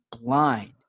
blind